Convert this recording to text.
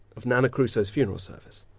of nana crusoe's funeral service.